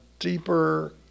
Deeper